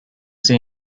see